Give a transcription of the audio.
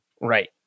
Right